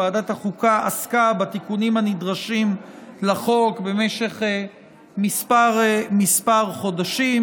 ועדת החוקה עסקה בתיקונים הנדרשים לחוק במשך כמה חודשים.